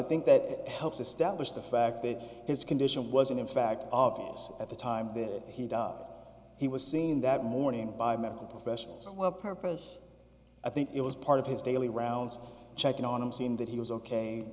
think that helps establish the fact that his condition wasn't in fact obvious at the time that he died he was seen that morning by medical professionals purpose i think it was part of his daily rounds checking on him seen that he was ok